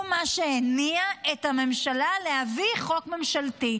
הוא מה שהניע את הממשלה להביא חוק ממשלתי.